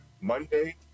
Monday